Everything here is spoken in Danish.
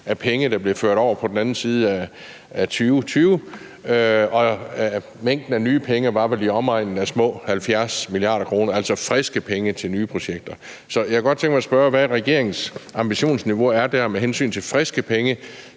af penge, der blev ført over på den anden side af 2020. Mængden af nye penge var vel i omegnen af små 70 mia. kr., altså friske penge til nye projekter. Så jeg kunne godt tænke mig at spørge, hvad regeringens ambitionsniveau er der med hensyn til friske penge